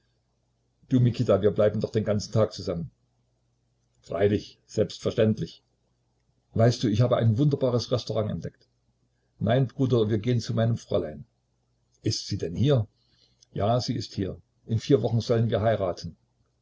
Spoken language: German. du mikita wir bleiben doch den ganzen tag zusammen freilich selbstverständlich weißt du ich habe ein wunderbares restaurant entdeckt nein bruder wir gehen zu meinem fräulein ist sie denn hier ja sie ist hier in vier wochen sollen wir uns heiraten